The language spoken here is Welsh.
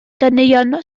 ganeuon